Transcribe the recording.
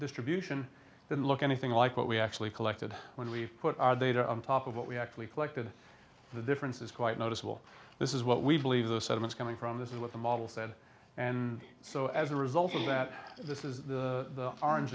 distribution didn't look anything like what we actually collected when we put our data on top of what we actually collected the difference is quite noticeable this is what we believe the sediments coming from this is what the model said and so as a result of that this is the orange